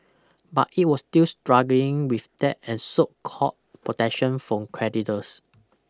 but it was still struggling with debt and sought court protection from creditors